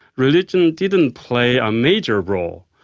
religion didn't play a major role.